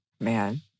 Man